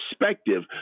perspective